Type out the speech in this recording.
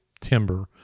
timber